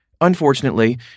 Unfortunately